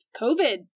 COVID